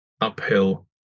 uphill